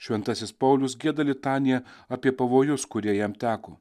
šventasis paulius gieda litaniją apie pavojus kurie jam teko